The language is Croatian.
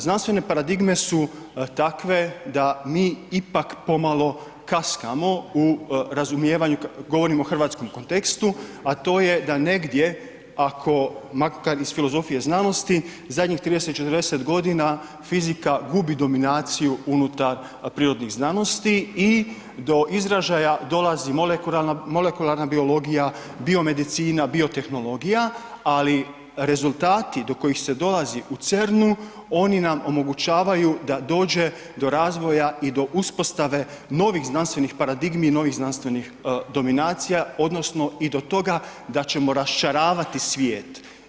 Znanstvene paradigme su takve da mi ipak pomalo kaskamo u razumijevanju kad govorimo u hrvatskom kontekstu, a to je da negdje ako, iz filozofije znanosti zadnjih 30-40.g. fizika gubi dominaciju unutar prirodnih znanosti i do izražaja dolazi molekularna biologija, bio medicina, bio tehnologija, ali rezultati do kojih se dolazi u CERN-u oni nam omogućavaju da dođe do razvoja i do uspostave novih znanstvenih paradigmi i novih znanstvenih dominacija odnosno i do toga da ćemo rasčaravati svijet.